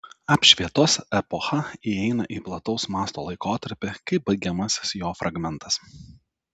apšvietos epocha įeina į plataus masto laikotarpį kaip baigiamasis jo fragmentas